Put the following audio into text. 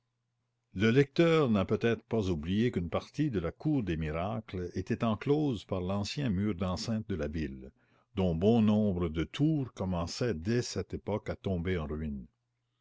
le lecteur n'a peut-être pas oublié qu'une partie de la cour des miracles était enclose par l'ancien mur d'enceinte de la ville dont bon nombre de tours commençaient dès cette époque à tomber en ruine